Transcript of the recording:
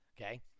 okay